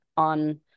on